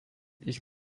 ich